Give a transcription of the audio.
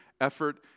Effort